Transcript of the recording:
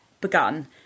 begun